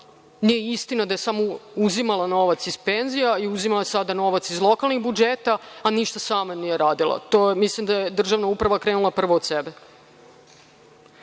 nije istina da je samo uzimala novac iz penzija i uzimala sada novac iz lokalnih budžeta, a ništa sama nije radila, mislim da je državna uprava krenula prvo od sebe. Što